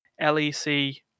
LEC